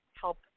help